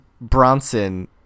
Bronson